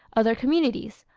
other communities,